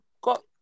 got